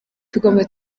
tugomba